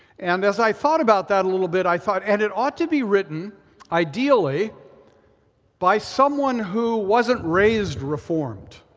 and as i thought about that a little bit, i thought and it ought to be written ideally by someone who wasn't raised reformed